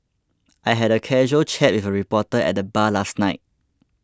I had a casual chat with a reporter at the bar last night